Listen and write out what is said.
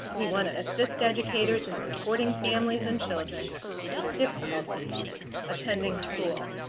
we want to assist educators and support families and children with difficulties attending school.